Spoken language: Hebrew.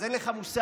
אז אין לך מושג,